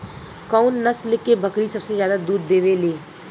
कउन नस्ल के बकरी सबसे ज्यादा दूध देवे लें?